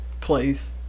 place